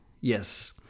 Yes